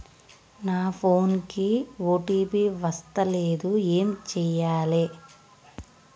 నా ఫోన్ కి ఓ.టీ.పి వస్తలేదు ఏం చేయాలే?